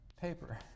paper